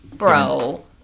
Bro